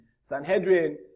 Sanhedrin